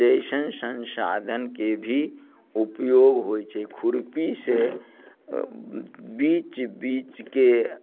जइसन संसाधनके भी उपयोग होइत छै खुरपी से बीच बीचके